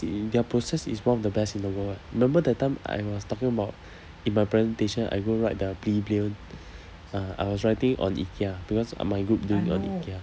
their process is one of the best in the world eh remember that time I was talking about in my presentation I go write the uh I was writing on ikea because my group doing on ikea